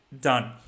done